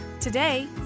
Today